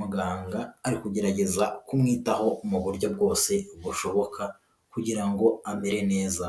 muganga ari kugerageza kumwitaho mu buryo bwose bushoboka kugira ngo amere neza.